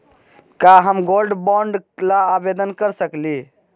का हम gold bond ल आवेदन कर सकली?